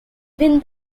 win